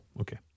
okay